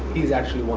he's actually one